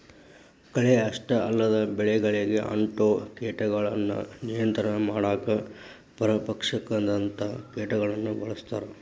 ಕಳೆ ಅಷ್ಟ ಅಲ್ಲದ ಬೆಳಿಗಳಿಗೆ ಅಂಟೊ ಕೇಟಗಳನ್ನ ನಿಯಂತ್ರಣ ಮಾಡಾಕ ಪರಭಕ್ಷಕದಂತ ಕೇಟಗಳನ್ನ ಬಳಸ್ತಾರ